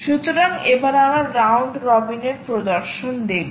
সুতরাং এবার আমরা রাউন্ড রবিনের প্রদর্শন দেখব